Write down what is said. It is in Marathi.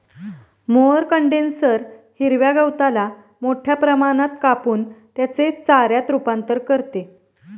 मोअर कंडेन्सर हिरव्या गवताला मोठ्या प्रमाणात कापून त्याचे चाऱ्यात रूपांतर करते